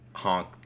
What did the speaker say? honk